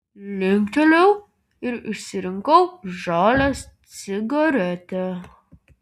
linktelėjau ir išsirinkau žalią cigaretę